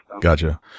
Gotcha